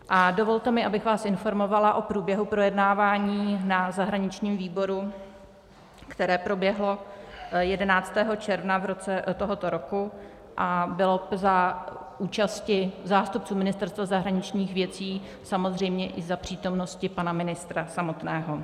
A dovolte mi, abych vás informovala o průběhu projednávání na zahraničním výboru, které proběhlo 11. června tohoto roku a bylo za účasti zástupců Ministerstva zahraničních věcí, samozřejmě i za přítomnosti pana ministra samotného.